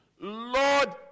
Lord